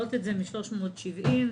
להעלות את זה מ-370 שקל.